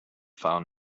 found